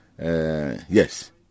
yes